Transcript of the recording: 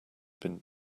been